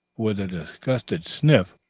with a disgusted sniff,